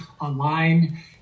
online